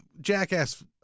Jackass